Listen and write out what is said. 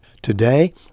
Today